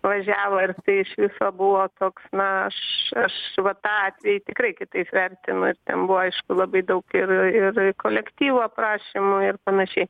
važiavo ir tai iš viso buvo toks na aš aš vat tą atvejį tikrai kitais vertinu ir ten buvo aišku labai daug ir ir kolektyvo aprašymų ir pan